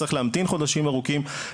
צריך להמתין חודשים ארוכים,